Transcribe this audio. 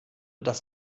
das